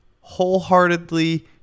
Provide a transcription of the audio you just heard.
wholeheartedly